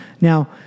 Now